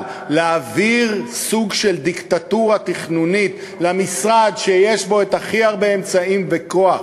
אבל להעביר סוג של דיקטטורה תכנונית למשרד שיש בו הכי הרבה אמצעים וכוח,